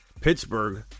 Pittsburgh